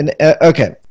Okay